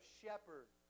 shepherd